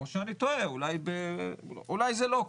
או שאני טועה, אולי זה לא כך.